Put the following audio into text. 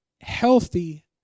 healthy